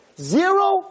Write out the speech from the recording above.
Zero